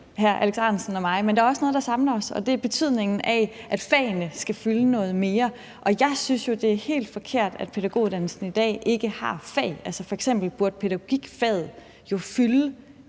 men der er også noget, der samler os, og det er holdningen om, at fagene skal fylde noget mere. Jeg synes jo, det er helt forkert, at pædagoguddannelsen i dag ikke har fag. F.eks. burde faget pædagogik jo fylde